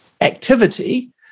activity